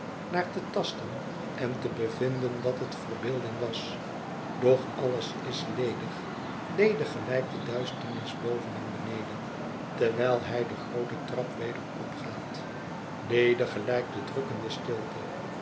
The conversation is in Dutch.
naai te tasten en te bevinden dat het verbeeldingwas doch alles is ledig ledig gelijk de duisternis boven en beneden terwijl hij de groote trap weder opgaat ledig gelijk de drukkende stilte